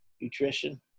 nutrition